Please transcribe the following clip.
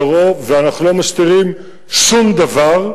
ואנחנו לא מסתירים שום דבר,